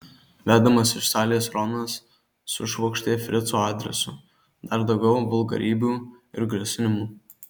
vedamas iš salės ronas sušvokštė frico adresu dar daugiau vulgarybių ir grasinimų